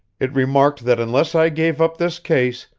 it remarked that unless i gave up this case,